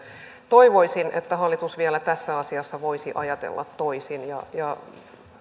toivoisin että hallitus vielä tässä asiassa voisi ajatella toisin ja ja